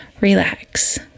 relax